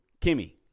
Kimmy